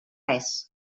res